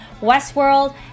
Westworld